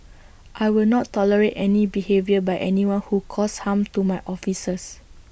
I will not tolerate any behaviour by anyone who causes harm to my officers